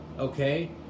Okay